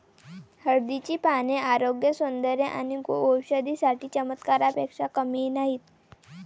हळदीची पाने आरोग्य, सौंदर्य आणि औषधी साठी चमत्कारापेक्षा कमी नाहीत